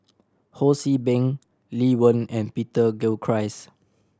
Ho See Beng Lee Wen and Peter Gilchrist